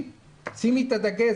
שימי את הדגש,